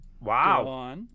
wow